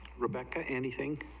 rebecca anything